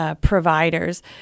Providers